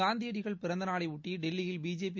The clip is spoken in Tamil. காந்தியடிகள் பிறந்த நாளையொட்டி டெல்லியில் பிஜேபி